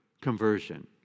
conversion